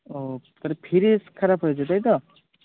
ও খালি ফ্রিজ খারাপ হয়েছে তাই তো